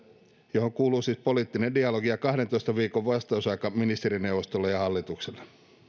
johon kuuluu siis poliittinen dialogi ja kahdentoista viikon vastausaika ministerineuvostolle ja hallitukselle